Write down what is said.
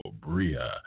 Bria